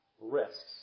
risks